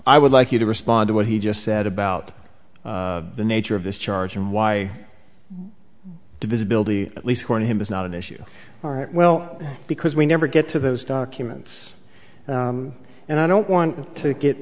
would like you to respond to what he just said about the nature of this charge and why divisibility at least warn him is not an issue well because we never get to those documents and i don't want to get